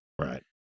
Right